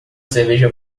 cerveja